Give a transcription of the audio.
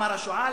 אמר השועל,